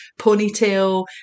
ponytail